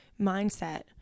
mindset